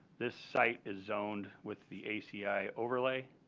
this site is zoned with the aci overlay.